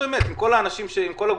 ועם כל הגופים,